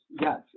yes